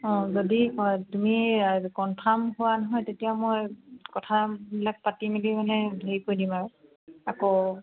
অঁ যদি তুমি কনফাৰ্ম হোৱা নহয় তেতিয়া মই কথাবিলাক পাতি মেলি মানে হেৰি কৰি দিম আৰু আকৌ